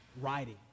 writing